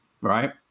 right